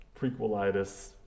prequelitis